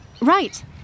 Right